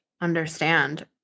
understand